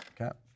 Okay